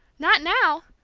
not now!